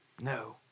No